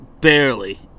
barely